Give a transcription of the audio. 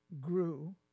grew